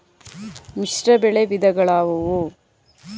ಮಿಶ್ರಬೆಳೆ ವಿಧಗಳಾವುವು?